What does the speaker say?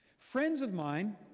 friends of mine,